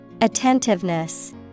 Attentiveness